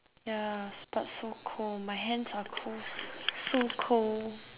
ya but so cold my hands are cold so cold